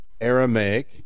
Aramaic